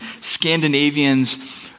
Scandinavians